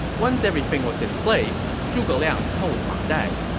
once everything was in place, zhuge liang told ma dai,